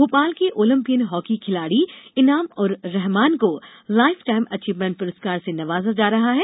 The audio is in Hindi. भोपाल के ओलिंपियन हाँकी खिलाडी इनाम उर रेहमान को लाइफ टाइम अचीवमेंट पुरस्कार से नवाजा जा रहा है